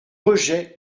rejet